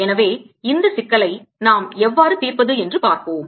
எனவே இந்த சிக்கலை நாம் எவ்வாறு தீர்ப்பது என்று பார்ப்போம்